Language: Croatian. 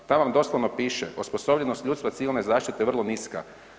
Tamo vam doslovno piše osposobljenost ljudstva civilne zaštite je vrlo niska.